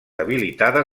habilitada